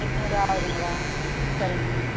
எட்நூறு ஆவுதுங்களா சரிங்க